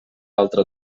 altre